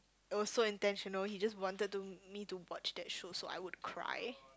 it was so intentional he just wanted to me to watch that show so I would cry